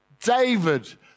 David